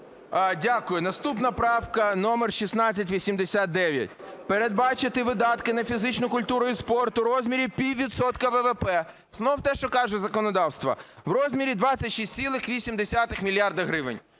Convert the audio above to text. Дякую. Наступна правка номер 1689. Передбачити видатки на фізичну культуру і спорт у розмірі пів відсотка ВВП, знову те, що каже законодавство, в розмірі 26,8 мільярда гривень.